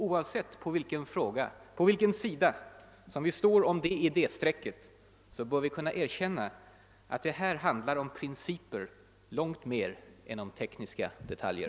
Oavsett på vilken sida om idé strecket vi står bör vi kunna erkänna att det här handlar om principer långt mer än om tekniska detaljer.